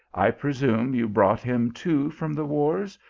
i pre sume you brought him too from the wars,